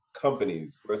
companies